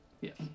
Yes